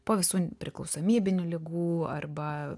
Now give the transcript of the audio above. po visų priklausomybinių ligų arba